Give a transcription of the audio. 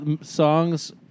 songs